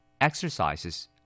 Exercises